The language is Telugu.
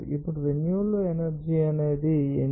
ఇప్పుడు రెన్యూబెల్ ఎనర్జీ ని అది ఏమిటి